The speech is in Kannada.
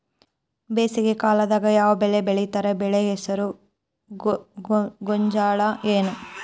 ಬೇಸಿಗೆ ಕಾಲದಾಗ ಯಾವ್ ಬೆಳಿ ಬೆಳಿತಾರ, ಬೆಳಿ ಹೆಸರು ಗೋಂಜಾಳ ಏನ್?